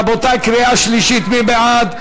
רבותי, קריאה שלישית, מי בעד?